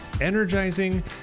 energizing